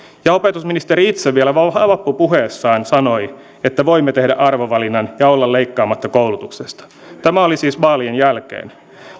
ja opetusministeri itse vielä vappupuheessaan sanoi että voimme tehdä arvovalinnan ja olla leikkaamatta koulutuksesta tämä oli siis vaalien jälkeen